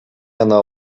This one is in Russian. она